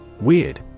Weird